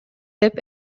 деп